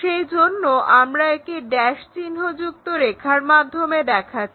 সেজন্য আমরা একে ড্যাশ চিহ্ন যুক্ত রেখার মাধ্যমে দেখাচ্ছি